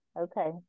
okay